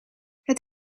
het